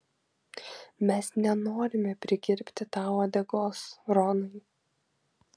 mes nenorime prikirpti tau uodegos ronai